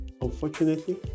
unfortunately